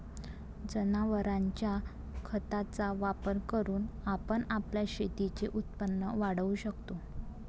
जनावरांच्या खताचा वापर करून आपण आपल्या शेतीचे उत्पन्न वाढवू शकतो